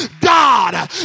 God